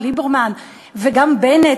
גם ליברמן וגם בנט,